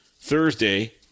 Thursday